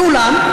ואולם,